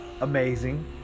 Amazing